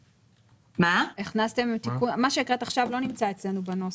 כאן הכנסתם תיקון שלא נמצא אצלנו בנוסח.